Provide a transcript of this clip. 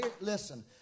Listen